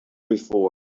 before